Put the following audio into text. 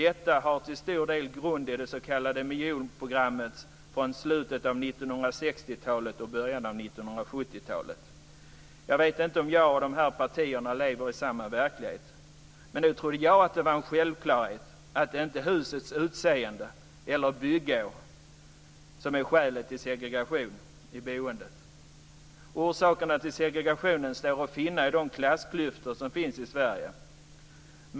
Detta har till stor del sin grund i det s.k. miljonprogrammet från slutet av 1960-talet och början av 1970-talet." Jag vet inte om jag och dessa partier lever i samma verklighet, men nog trodde jag att det var en självklarhet att det inte är husets utseende eller byggår som är skälet till segregation i boendet. Orsakerna till segregationen står att finna i de klassklyftor som finns i Sverige.